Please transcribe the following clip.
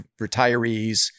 retirees